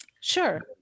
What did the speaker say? Sure